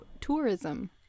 Tourism